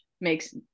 makes